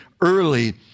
early